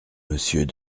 monsieur